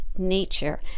nature